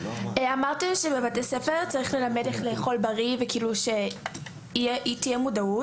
אמרת שבבתי הספר צריך ללמד איך לאכול בריא ושתהיה מודעות,